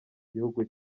gihugu